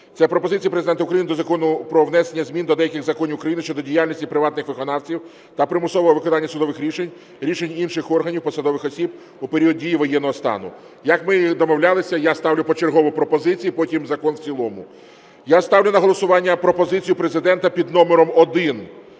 Це пропозиції Президента України до Закону "Про внесення змін до деяких законів України щодо діяльності приватних виконавців та примусового виконання судових рішень, рішень інших органів (посадових осіб) у період дії воєнного стану". Як ми і домовлялися, я ставлю почергово пропозиції, потім закон в цілому. Я ставлю на голосування пропозицію Президента під номером